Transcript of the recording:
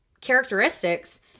characteristics